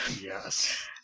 Yes